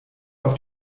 auf